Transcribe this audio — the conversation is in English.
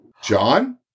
John